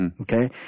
Okay